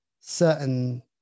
certain